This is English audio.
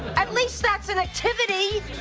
at least that's an activity!